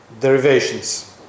derivations